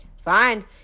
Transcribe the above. Fine